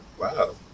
Wow